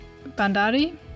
Bandari